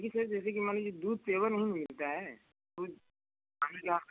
जी sir जैसे कि मान लीजिए दूध नहीं मिलता है दूध मान लीजिए